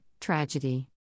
Tragedy